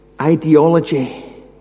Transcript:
ideology